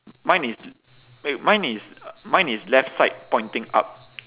mine is wait mine is mine is left side pointing up